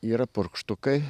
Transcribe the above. yra purkštukai